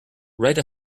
write